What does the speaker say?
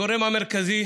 הגורם המרכזי